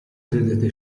credete